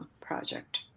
project